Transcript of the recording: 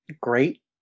great